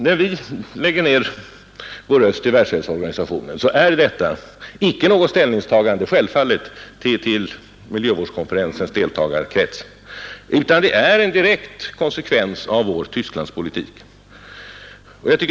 När vi lägger ned vår röst i Världshälsoorganisationen är detta icke något ställningstagande till miljövårdskonferensens deltagarkrets. Det är en direkt konsekvens av vår Tysklandspolitik.